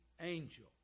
angel